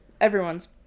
Everyone's